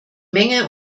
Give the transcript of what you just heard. menge